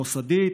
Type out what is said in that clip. המוסדית,